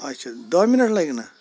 اچھا دٔہ مِنٹ لَگہِ نا